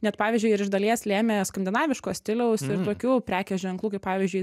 net pavyzdžiui ir iš dalies lėmė skandinaviško stiliaus ir tokių prekės ženklų kaip pavyzdžiui